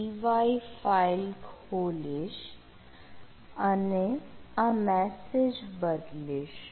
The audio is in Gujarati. py ફાઈલ ખોલીશ અને આ મેસેજ બદલીશ